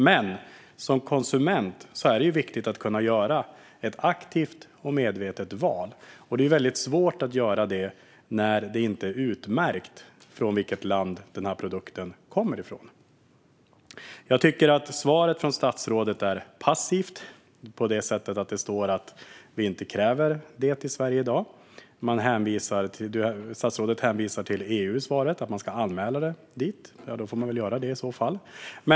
Men det är viktigt att konsumenter kan göra ett aktivt och medvetet val. Det är svårt att göra det när det inte märks ut från vilket land produkten kommer. Jag tycker att statsrådets svar är passivt när hon säger att vi inte kräver det i Sverige i dag. Hon hänvisar till att man ska anmäla det till EU. Och då får man väl göra det.